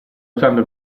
usando